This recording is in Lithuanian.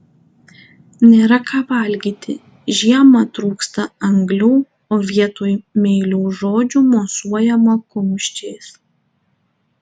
nėra ką valgyti žiemą trūksta anglių o vietoj meilių žodžių mosuojama kumščiais